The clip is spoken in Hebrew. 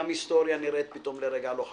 גם היסטוריה נראית פתאום לרגע לא חשובה.